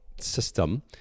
system